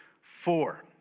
four